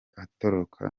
atoroka